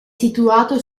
situato